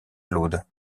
claude